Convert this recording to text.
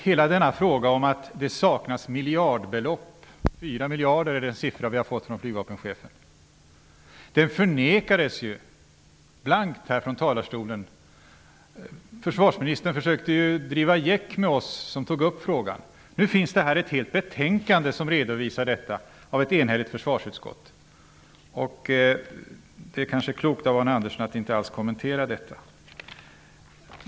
Hela denna fråga om att det saknas miljardbelopp, 4 miljarder är den siffra vi har fått från flygvapenchefen, fönekades blankt från talarstolen. Försvarsministern försökte driva gäck med oss som tog upp frågan. Nu finns ett helt betänkande av ett enhälligt försvarsutskott som redovisar detta. Det kanske är klokt av Arne Andersson att inte alls kommentera detta.